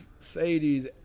Sadies